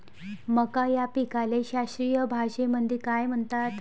मका या पिकाले शास्त्रीय भाषेमंदी काय म्हणतात?